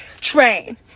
train